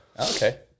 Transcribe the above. Okay